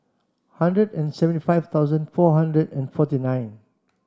hundred and seventy five thousand four hundred and forty nine